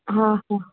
हा हा